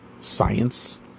science